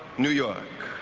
new york.